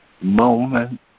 moment